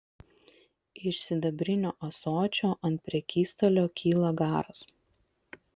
iš sidabrinio ąsočio ant prekystalio kyla garas